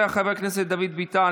חבר הכנסת דוד ביטן,